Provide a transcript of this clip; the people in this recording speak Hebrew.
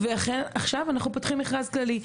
אכן, עכשיו אנחנו פותחים מכרז כללי.